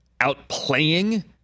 outplaying